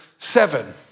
seven